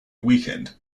weekend